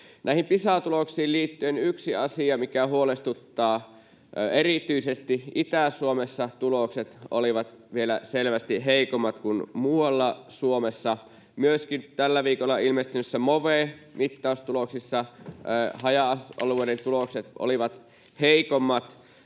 Pisa-tuloksiin liittyen yksi asia, mikä huolestuttaa: Erityisesti Itä-Suomessa tulokset olivat vielä selvästi heikommat kuin muualla Suomessa. Myöskin tällä viikolla ilmestyneissä Move-mittaustuloksissa haja-asutusalueiden tulokset olivat heikommat.